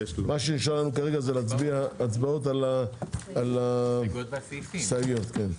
מה שנשאר לנו כרגע זה להצביע הצבעות על ההסתייגויות כן,